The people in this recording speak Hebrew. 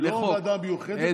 לא ועדה מיוחדת, לחוק.